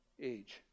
age